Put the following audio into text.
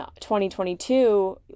2022